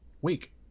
week